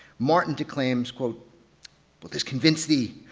martin declaims, will but this convince thee.